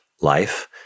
life